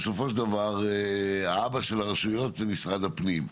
בסופו של דבר האבא של הרשויות הוא משרד הפנים.